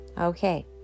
Okay